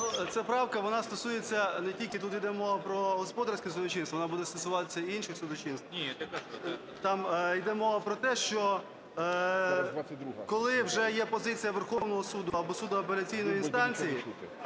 Ця правка, вона стосується не тільки…, тут йде мова про господарське судочинство, воно буде стосуватись інших судочинств. Там йде мова про те, що коли вже є позиція Верховного Суду або суду апеляційної інстанції,